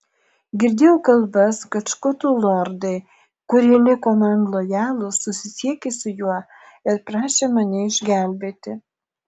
girdėjau kalbas kad škotų lordai kurie liko man lojalūs susisiekė su juo ir prašė mane išgelbėti